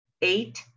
eight